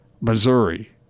Missouri